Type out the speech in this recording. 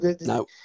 no